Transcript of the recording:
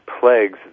plagues